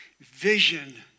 vision